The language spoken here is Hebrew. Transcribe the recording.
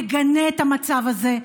תגנה את המצב הזה,